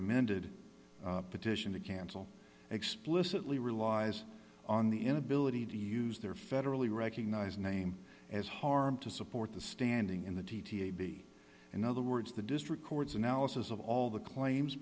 amended petition to cancel explicitly relies on the inability to use their federally recognized name as harm to support the standing in the t t a b in other words the district court's analysis of all the claims